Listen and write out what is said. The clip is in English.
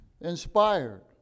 inspired